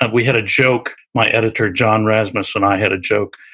and we had a joke, my editor, john rasmus and i had a joke.